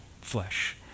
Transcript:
flesh